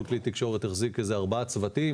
כל כלי תקשורת החזיק איזה ארבעה צוותים